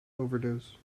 overdose